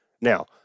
Now